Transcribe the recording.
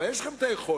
אבל יש לכם היכולת,